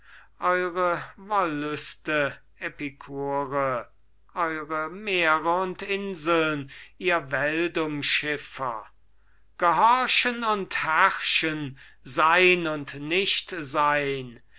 eure wollüste epikure eure meere und inseln ihr weltumschiffer gehorchen und herrschen sein und nichtsein